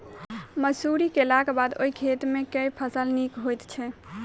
मसूरी केलाक बाद ओई खेत मे केँ फसल नीक होइत छै?